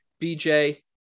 BJ